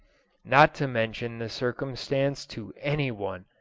not to mention the circumstance to any one,